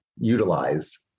utilize